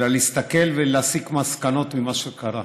אלא להסתכל ולהסיק מסקנות ממה שקרה.